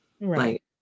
right